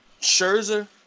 Scherzer